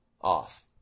off